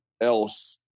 else